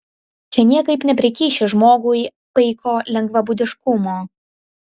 čia niekaip neprikiši žmogui paiko lengvabūdiškumo